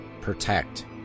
protect